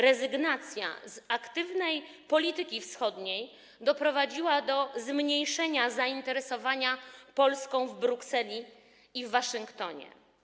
Rezygnacja z aktywnej polityki wschodniej doprowadziła do zmniejszenia zainteresowania Polską w Brukseli i w Waszyngtonie.